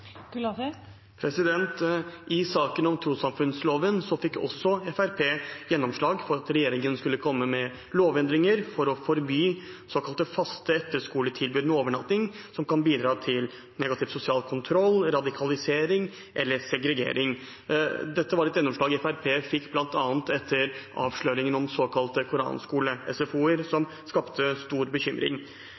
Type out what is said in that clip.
I saken om trossamfunnsloven fikk Fremskrittspartiet gjennomslag for at regjeringen skulle komme med lovendringer for å forby såkalte faste etterskoletilbud med overnatting, som kan bidra til negativ sosial kontroll, radikalisering eller segregering. Dette var et gjennomslag Fremskrittspartiet fikk bl.a. etter avsløringen av såkalte koranskole-SFO-er, som skapte stor bekymring.